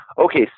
Okay